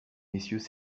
messieurs